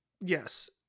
Yes